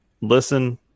listen